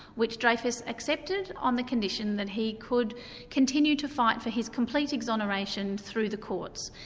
which dreyfus accepted on the condition that he could continue to fight for his complete exoneration through the courts.